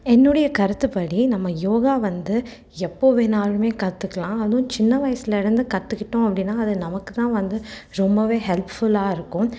என்னுடைய கருத்துப்படி நம்ம யோகா வந்து எப்போ வேணாலும் கற்றுக்கலாம் அதுவும் சின்ன வயிதில் இருந்து கற்றுக்கிட்டோம் அப்படின்னா அது நமக்கு தான் வந்து ரொம்ப ஹெல்ப்ஃபுல்லாக இருக்கும்